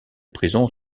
prison